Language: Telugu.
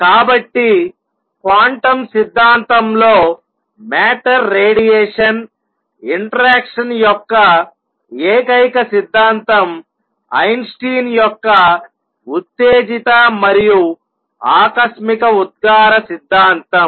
కాబట్టి క్వాంటం సిద్ధాంతంలో మేటర్ రేడియేషన్ ఇంటరాక్షన్ యొక్క ఏకైక సిద్ధాంతం ఐన్స్టీన్ యొక్క ఉత్తేజిత మరియు ఆకస్మిక ఉద్గార సిద్ధాంతం